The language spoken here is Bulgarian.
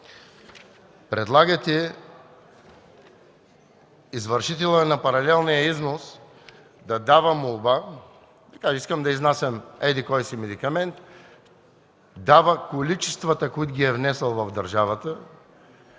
Предлагате извършителят на паралелния износ да дава молба: „Искам да изнасям еди-кой си медикамент” – дава количествата, които е внесъл в държавата.